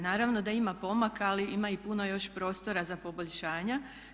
Naravno da ima pomaka, ali ima i puno još prostora za poboljšanja.